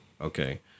Okay